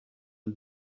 and